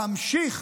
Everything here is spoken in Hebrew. תמשיך